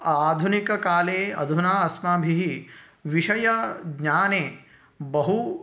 आधुनिककाले अधुना अस्माभिः विषयज्ञाने बहु